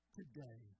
today